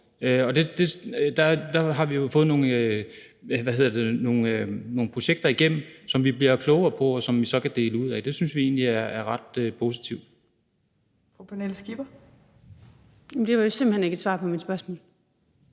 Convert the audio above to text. Der har vi jo fået nogle projekter igennem, som vi bliver klogere på, og som vi så kan dele ud af. Det synes vi egentlig er ret positivt. Kl. 18:29 Fjerde næstformand